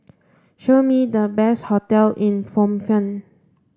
show me the best hotel in Phnom Penh